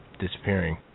disappearing